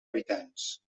habitants